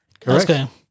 Correct